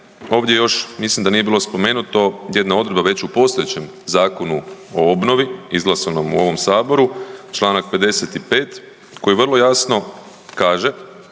ovdje još mislim da nije bilo spomenuto jedna odredba već u postojećem Zakonu o obnovi izglasanom u ovom saboru, Članak 55. koji vrlo jasno kaže,